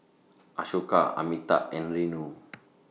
Ashoka Amitabh and Renu